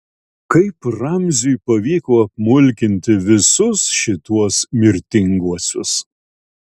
kaip ramziui pavyko apmulkinti visus šituos mirtinguosius